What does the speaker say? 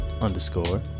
underscore